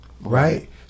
right